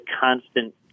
constant